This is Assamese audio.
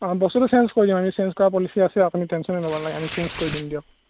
অঁ বস্তুটো চেঞ্জ কৰি দিম আমি চেঞ্জ কৰা পলিচি আছে আপুনি টেনশ্যন ল'ব নালাগে আমি চেঞ্জ কৰি দিম দিয়ক